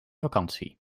vakantie